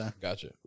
Gotcha